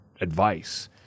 advice